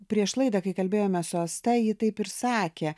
prieš laidą kai kalbėjome su asta ji taip ir sakė